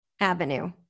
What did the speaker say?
avenue